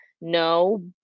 no